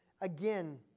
again